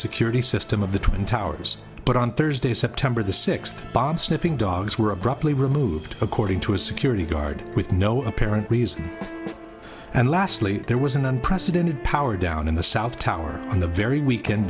security system of the twin towers but on thursday september the sixth bomb sniffing dogs were abruptly removed according to a security guard with no apparent reason and lastly there was an unprecedented power down in the south tower on the very weekend